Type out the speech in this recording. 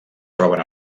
troben